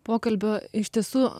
pokalbio iš tiesų